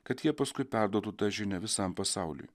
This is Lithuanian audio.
kad jie paskui perduotų tą žinią visam pasauliui